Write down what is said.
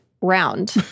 round